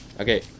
Okay